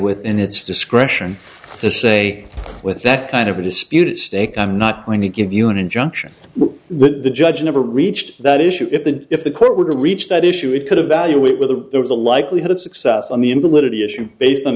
within its discretion to say with that kind of a disputed stake i'm not going to give you an injunction but the judge never reached that issue if the if the court were to reach that issue it could evaluate whether there was a likelihood of success on the